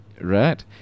Right